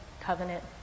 covenant